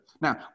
Now